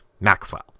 Maxwell